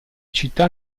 città